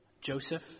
Joseph